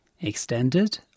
Extended